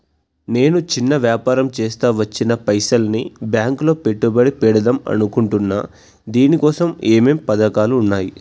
నేను చిన్న వ్యాపారం చేస్తా వచ్చిన పైసల్ని బ్యాంకులో పెట్టుబడి పెడదాం అనుకుంటున్నా దీనికోసం ఏమేం పథకాలు ఉన్నాయ్?